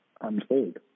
unfold